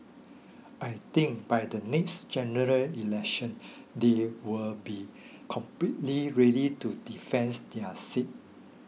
I think by the next General Election they will be completely ready to defence their seats